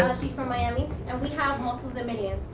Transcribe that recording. she's from miami. and we have muscles and millions.